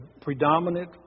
predominant